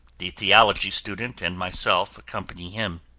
the theology student and myself accompany him.